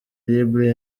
libre